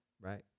right